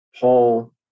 Paul